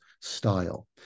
style